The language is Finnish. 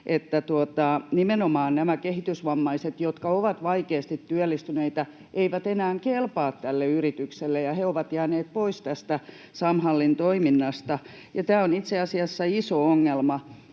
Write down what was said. että nimenomaan nämä kehitysvammaiset, jotka ovat vaikeasti työllistyneitä, eivät enää kelpaa tälle yritykselle, ja he ovat jääneet pois tästä Samhallin toiminnasta. Tämä on itse asiassa iso ongelma,